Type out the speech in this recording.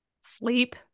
Sleep